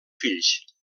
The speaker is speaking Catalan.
fills